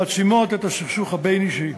מעצימה את הסכסוך הבין-אישי.